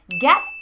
get